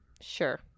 Sure